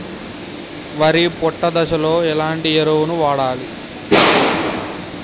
వరి పొట్ట దశలో ఎలాంటి ఎరువును వాడాలి?